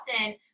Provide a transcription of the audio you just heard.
often